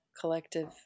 collective